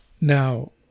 Now